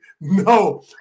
No